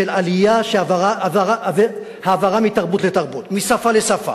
של עלייה, העברה מתרבות לתרבות, משפה לשפה,